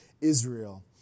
Israel